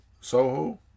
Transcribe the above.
Soho